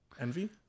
Envy